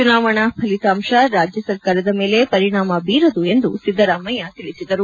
ಚುನಾವಣಾ ಫಲಿತಾಂತ ರಾಜ್ಯ ಸರ್ಕಾರದ ಮೇಲೆ ಪರಿಣಾಮ ಬೀರದು ಎಂದು ಸಿದ್ದರಾಮಯ್ಯ ತಿಳಿಸಿದರು